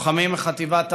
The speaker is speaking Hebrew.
לוחמים מחטיבת הראל,